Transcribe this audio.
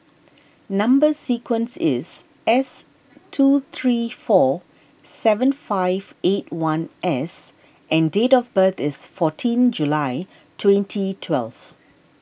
Number Sequence is S two three four seven five eight one S and date of birth is fourteen July twenty twelve